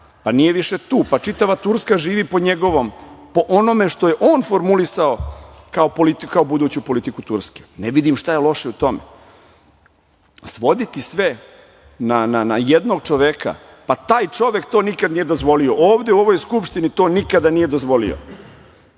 pa nije više tu, a čitava Turska živi po njegovom, po onome što je on formulisao kao buduću politiku Turske i ne vidim šta je loše u tome? Svoditi sve na jednog čoveka? Pa, taj čovek to nikada nije dozvolio, ovde u ovoj Skupštini to nikada nije dozvolio.